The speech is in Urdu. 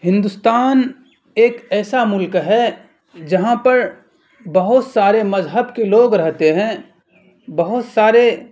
ہندوستان ایک ایسا ملک ہے جہاں پر بہت سارے مذہب کے لوگ رہتے ہیں بہت سارے